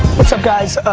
what's up guys?